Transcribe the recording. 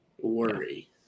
worry